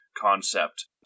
concept